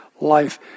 life